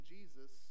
Jesus